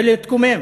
זה להתקומם.